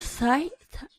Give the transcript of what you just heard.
sight